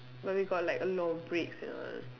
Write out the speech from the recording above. but we got like a lot of breaks and all